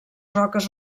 roques